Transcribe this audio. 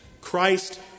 Christ